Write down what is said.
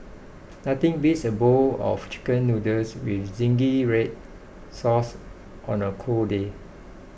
nothing beats a bowl of Chicken Noodles with Zingy Red Sauce on a cold day